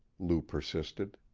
lou persisted.